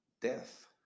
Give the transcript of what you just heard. death